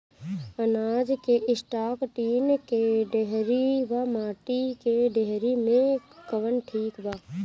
अनाज के store tin के डेहरी व माटी के डेहरी मे कवन ठीक बा?